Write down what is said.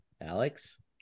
Alex